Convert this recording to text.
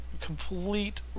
complete